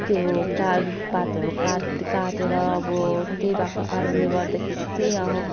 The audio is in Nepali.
त्यो का रुखपातहरू काट काटेर अब त्यही भएको कारणले गर्दाखेरि चाहिँ